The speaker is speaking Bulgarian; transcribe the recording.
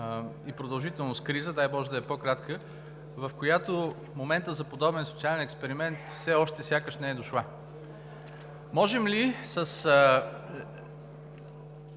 и продължителност криза, дай боже, да е по-кратка, в която моментът за подобен социален експеримент все още сякаш не е дошъл. Можем ли с